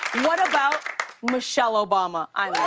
what about michelle obama?